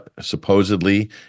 supposedly